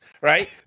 right